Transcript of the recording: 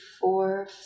four